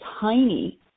tiny